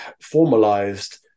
formalized